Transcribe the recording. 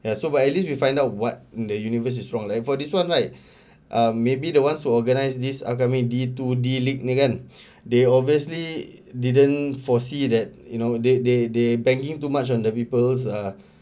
ya so but at least we find out what in the universe is wrong and for this one right err maybe the ones who organise this upcoming D to D league kan they obviously didn't foresee that you know they they they banking too much on the people's err